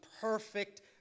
perfect